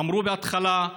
אמרו בהתחלה: